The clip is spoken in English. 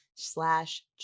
slash